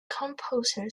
composer